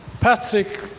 Patrick